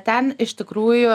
ten iš tikrųjų